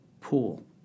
pool